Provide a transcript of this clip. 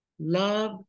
Love